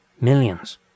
millions